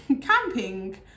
Camping